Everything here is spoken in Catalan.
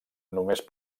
només